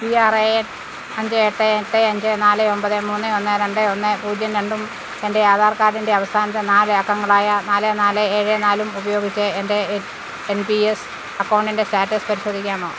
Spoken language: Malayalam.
പി ആർ എ എൻ അഞ്ച് എട്ട് എട്ട് അഞ്ച് നാല് ഒമ്പത് മൂന്ന് ഒന്ന് രണ്ട് ഒന്ന് പൂജ്യം രണ്ടും എൻ്റെ ആധാർ കാർഡിൻ്റെ അവസാനത്തെ നാല് അക്കങ്ങളായ നാല് നാല് ഏഴ് നാലും ഉപയോഗിച്ച് എൻ്റെ എൻ പി എസ് അക്കൗണ്ടിൻ്റെ സ്റ്റാറ്റസ് പരിശോധിക്കാമോ